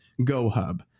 GoHub